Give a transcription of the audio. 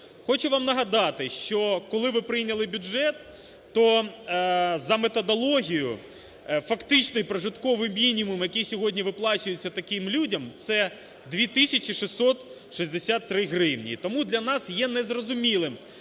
Хочу вам нагадати, що коли ви прийняли бюджет, то за методологією фактичний прожитковий мінімум, який сьогодні виплачується таким людям – це 2 тисячі 663 гривні. І тому для нас є незрозумілим